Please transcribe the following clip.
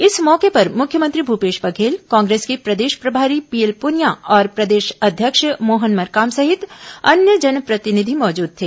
इस मौके पर मुख्यमंत्री भूपेश बधेल कांग्रेस के प्रदेश प्रभारी पीएल पुनिया और प्रदेश अध्यक्ष मोहन मरकाम सहित अन्य जनप्रतिनिधि मौजूद थे